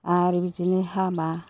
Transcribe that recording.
आरो बिदिनो हामा